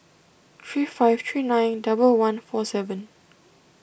three five three nine double one four seven